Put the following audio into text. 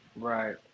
Right